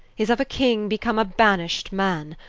is, of king, become a banisht man,